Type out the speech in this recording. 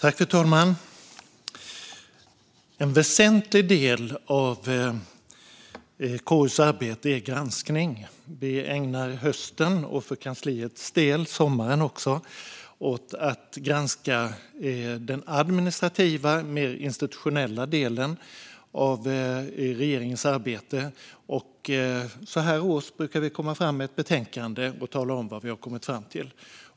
Fru talman! En väsentlig del av KU:s arbete är granskning. Vi ägnar hösten, och sommaren för kansliets del, åt att granska den administrativa och mer institutionella delen av regeringens arbete. Så här års brukar vi komma med ett betänkande och tala om vad vi har kommit fram till.